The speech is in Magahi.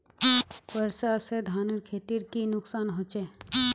वर्षा से धानेर खेतीर की नुकसान होचे?